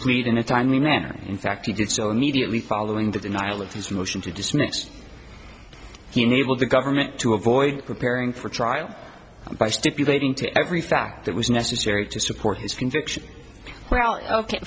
plead in a timely manner in fact he did so immediately following the denial of his motion to dismiss the navel the government to avoid preparing for trial by stipulating to every fact that was necessary to support his conviction well